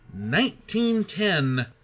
1910